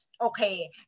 Okay